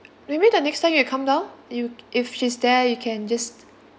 maybe the next time you come down you if she's there you can just